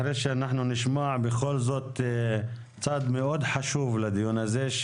אחרי שנשמע צד מאוד חשוב לדיון הזה.